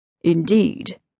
indeed